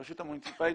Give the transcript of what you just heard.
הרשות המוניציפלית,